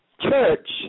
church